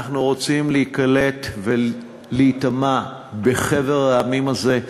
אנחנו רוצים להיקלט ולהיטמע בחבר העמים הזה,